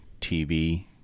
TV